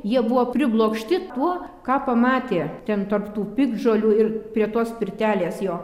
jie buvo priblokšti tuo ką pamatė ten tarp tų piktžolių ir prie tos pirtelės jo